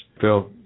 phil